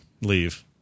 leave